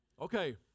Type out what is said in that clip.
Okay